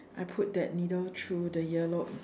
I put that needle through the ear lobe